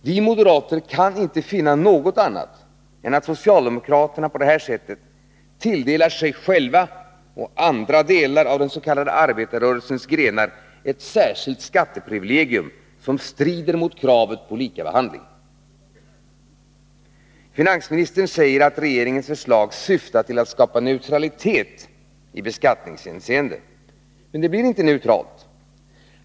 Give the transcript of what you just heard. Vi moderater kan inte finna något annat än att socialdemokraterna på det här sättet tilldelat sig och andra av den s.k. arbetarrörelsens grenar ett särskilt skatteprivilegium, som strider mot kravet på likabehandling. Finansministern säger att regeringens förslag syftat till att skapa neutralitet i beskattningshänseende. Men det blir inte neutralt.